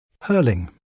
Hurling